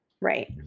right